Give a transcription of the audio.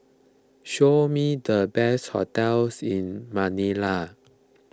show me the best hotels in Manila